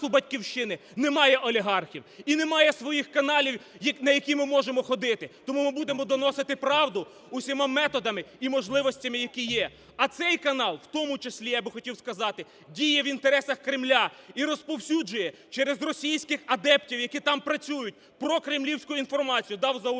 у нас, у "Батьківщини" немає олігархів і немає своїх каналів, на які ми можемо ходити. Тому ми будемо доносити правду усіма методами і можливостями, які є. А цей канал, в тому числі я би хотів сказати, діє в інтересах Кремля і розповсюджує через російських адептів, які там працюють, прокремлівську інформацію, да, в